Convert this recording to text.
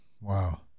Wow